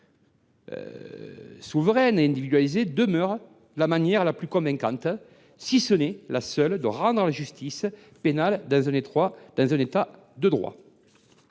peines par le juge demeure la manière la plus convaincante – si ce n’est la seule – de rendre la justice pénale dans un État de droit.